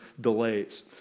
delays